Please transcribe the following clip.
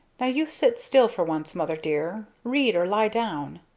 now you sit still for once, mother dear, read or lie down.